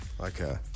Okay